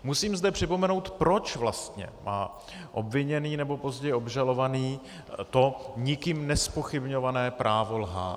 Musím zde připomenout, proč vlastně má obviněný nebo později obžalovaný to nikým nezpochybňované právo lhát.